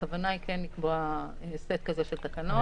הכוונה היא כן לקבוע סט כזה של תקנות.